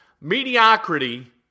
mediocrity